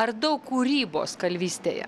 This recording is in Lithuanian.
ar daug kūrybos kalvystėje